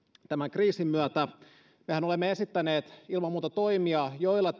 tämän kriisin myötä mehän olemme esittäneet ilman muuta toimia joilla